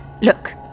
Look